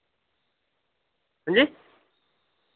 हांजी